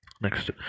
Next